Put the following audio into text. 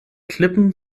klippen